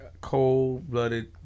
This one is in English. cold-blooded